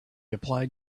applied